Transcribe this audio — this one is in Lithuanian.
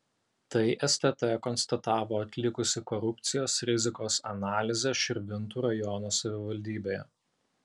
tai stt konstatavo atlikusi korupcijos rizikos analizę širvintų rajono savivaldybėje